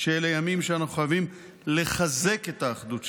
שאלה ימים שבהם אנחנו חייבים לחזק את האחדות שלנו,